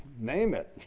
name it.